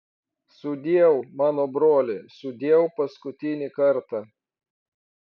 sudieu mano broli sudieu paskutinį kartą